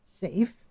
safe